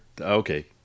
Okay